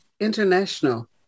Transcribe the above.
International